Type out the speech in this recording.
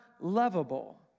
lovable